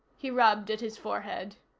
he rubbed at his forehead.